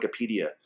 Wikipedia